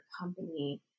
company